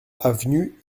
avenue